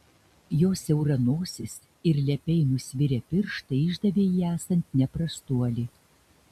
jo siaura nosis ir lepiai nusvirę pirštai išdavė jį esant ne prastuoli